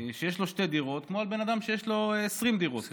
שיש לו שתי דירות כמו על בן אדם שיש לו 20 דירות.